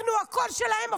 אנחנו הקול שלהם.